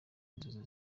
inzozi